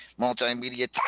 multimedia